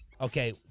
Okay